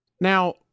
Now